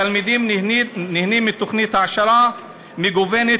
התלמידים נהנים מתוכניות העשרה מגוונות